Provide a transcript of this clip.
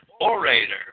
orator